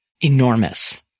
enormous